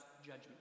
judgment